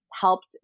helped